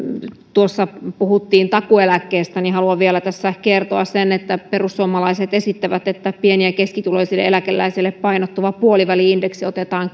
tuossa puhuttiin takuueläkkeestä niin haluan vielä tässä kertoa sen että perussuomalaiset esittävät että pieni ja keskituloisiin eläkeläisiin painottuva puoliväli indeksi otetaan